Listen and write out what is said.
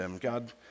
God